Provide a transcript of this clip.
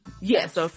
Yes